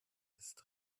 ist